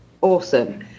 awesome